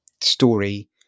story